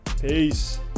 Peace